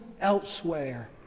elsewhere